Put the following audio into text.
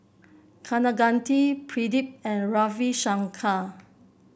Kaneganti Pradip and Ravi Shankar